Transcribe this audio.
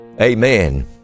Amen